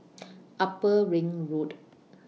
Upper Ring Road